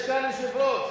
יש כאן יושב-ראש.